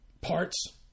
parts